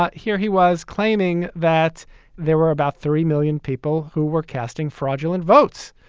but here he was claiming that there were about three million people who were casting fraudulent votes,